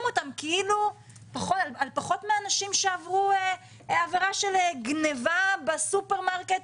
אותם עם עונש פחות משל מי שעברו עברה של גנבה בסופרמרקט.